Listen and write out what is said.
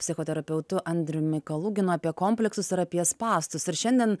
psichoterapeutu andriumi kaluginu apie komplektus ir apie spąstus ir šiandien